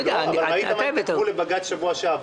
ראית מה כתבו לבג"ץ בשבוע שעבר?